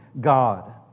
God